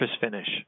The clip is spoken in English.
finish